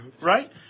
Right